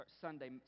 Sunday